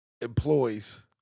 employs